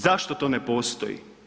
Zašto to ne postoji?